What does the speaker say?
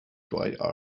dwight